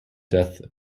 death